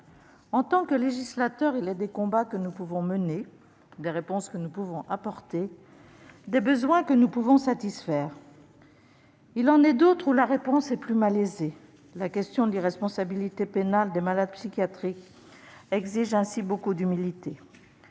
en tant que législateur, il est des combats que nous pouvons mener, des réponses que nous pouvons apporter, des besoins que nous pouvons satisfaire ; il en est d'autres pour lesquels la réponse est plus malaisée. La question de l'irresponsabilité pénale des malades psychiatriques exige ainsi beaucoup d'humilité.